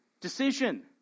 decision